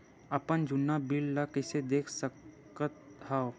अपन जुन्ना बिल ला कइसे देख सकत हाव?